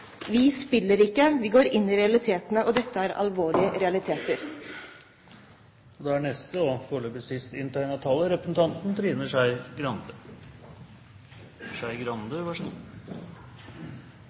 Vi spiller ikke. Vi går inn i realitetene, og dette er alvorlige realiteter.